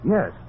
Yes